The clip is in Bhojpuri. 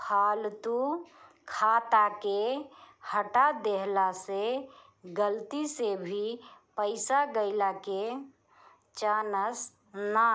फालतू खाता के हटा देहला से गलती से भी पईसा गईला के चांस ना